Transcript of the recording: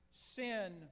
sin